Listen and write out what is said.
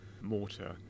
mortar